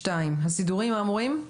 הסידורים האמורים.